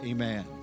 Amen